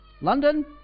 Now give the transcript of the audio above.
London